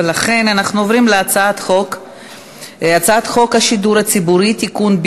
אנחנו עוברים להצעת חוק השידור הציבורי (תיקון,